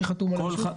מי חתום על האישור?